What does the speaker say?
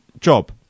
job